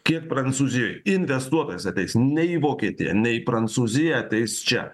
kiek prancūzijoj investuotas ateis ne į vokietiją ne į prancūziją ateis čia